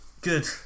good